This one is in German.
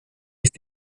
ist